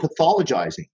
pathologizing